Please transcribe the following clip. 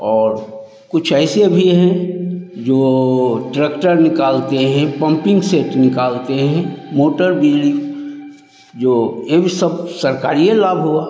और कुछ ऐसे भी हैं जो ट्रकटर निकालते हैं पम्पीं सेट निकालते हैं मोटर बिजली जो ये भी सरकारी लाभ हुआ